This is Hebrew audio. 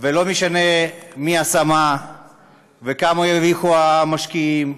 ולא משנה מי עשה מה וכמה הרוויחו המשקיעים,